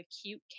acute